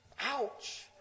Ouch